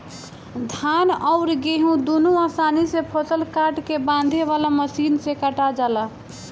धान अउर गेंहू दुनों आसानी से फसल काट के बांधे वाला मशीन से कटा जाला